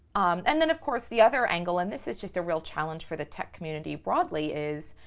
and then of course, the other angle, and this is just a real challenge for the tech community broadly is,